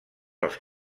els